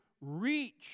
reach